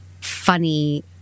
funny